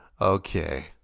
Okay